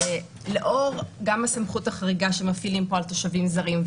לאור הסמכות החריגה שמפעילים פה על תושבים זרים,